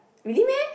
really meh